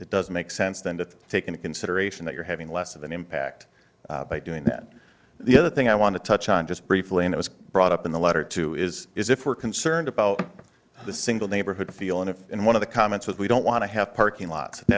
it doesn't make sense than to take into consideration that you're having less of an impact doing that the other thing i want to touch on just briefly and it was brought up in the letter to is is if we're concerned about the single neighborhood feel and if in one of the comments that we don't want to have parking lot